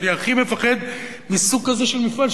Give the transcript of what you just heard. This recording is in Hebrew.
אני הכי מפחד מסוג כזה של מפעל,